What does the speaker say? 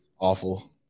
Awful